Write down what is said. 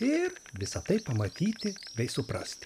ir visa tai pamatyti bei suprasti